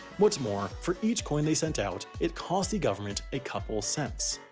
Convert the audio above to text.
what's more, for each coin they sent out, it cost the government a couple cents.